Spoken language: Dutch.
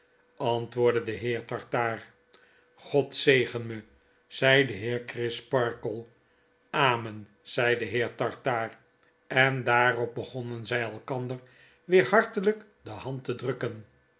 antwoordde de heer tartaar god zegen me zei de heer crisparkle amen zei de heer tartaar en daarop begonnen zg elkander weer hartelijk de hand te drukken